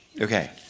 Okay